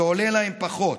זה עולה להם פחות.